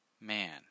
Man